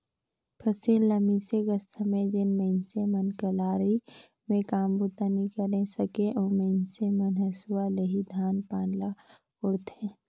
फसिल ल मिसे कर समे जेन मइनसे मन कलारी मे काम बूता नी करे सके, ओ मइनसे मन हेसुवा ले ही धान पान ल कोड़थे